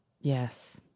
Yes